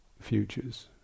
futures